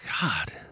God